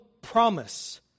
promise